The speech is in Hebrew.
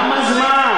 כמה זמן?